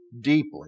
deeply